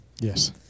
Yes